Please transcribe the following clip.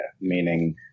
meaning